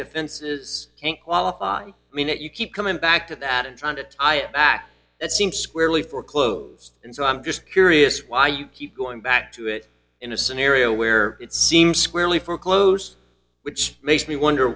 offenses can't qualify i mean that you keep coming back to that and trying to tie it back it seems squarely foreclosed and so i'm just curious why you keep going back to it in a scenario where it seems squarely for clothes which makes me wonder